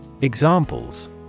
Examples